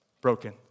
Broken